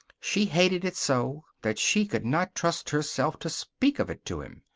she hated it so that she could not trust herself to speak of it to him.